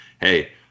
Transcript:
hey